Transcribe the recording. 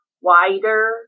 wider